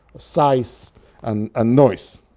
size and ah noise.